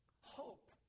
Hope